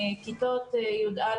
כיתות י"א,